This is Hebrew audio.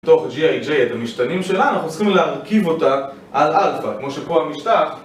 תוך gij את המשתנים שלנו, אנחנו צריכים להרכיב אותה על alpha, כמו שפה המשטח